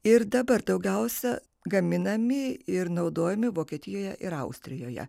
ir dabar daugiausia gaminami ir naudojami vokietijoje ir austrijoje